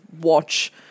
watch